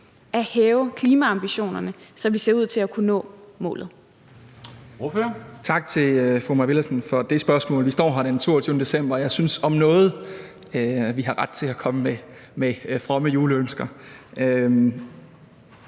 at hæve klimaambitionerne, så vi ser ud til at kunne nå målet?